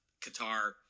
Qatar